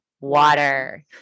water